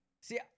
See